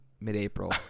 mid-April